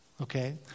Okay